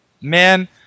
man